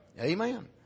Amen